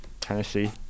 Tennessee